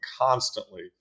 constantly